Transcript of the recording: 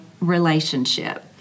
relationship